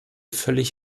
völlig